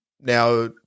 now